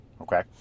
Okay